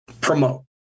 promote